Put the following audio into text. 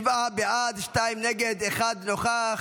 שבעה בעד, שניים נגד, אחד נוכח.